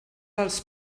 els